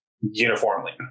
uniformly